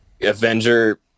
Avenger